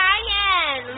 Ryan